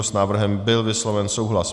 S návrhem byl vysloven souhlas.